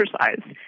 exercise